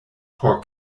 por